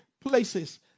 places